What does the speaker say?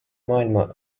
maailma